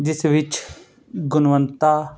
ਜਿਸ ਵਿੱਚ ਗੁਣਵਤਾ